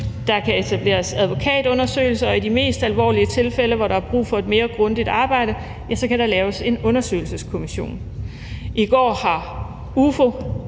der kan etableres advokatundersøgelser, og i de mest alvorlige tilfælde, hvor der er brug for et mere grundigt arbejde, kan der laves en undersøgelseskommission.